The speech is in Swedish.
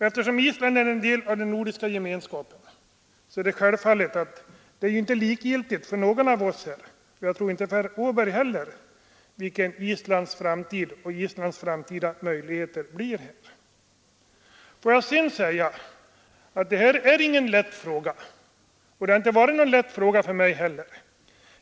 Eftersom Island är en del av den nordiska gemenskapen är det självklart att det inte är likgiltigt för någon av oss — inte heller för herr Åberg, tror jag — vilka Islands framtida möjligheter blir. Det här är inte någon lätt fråga. Det har heller inte varit någon lätt fråga för mig.